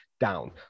down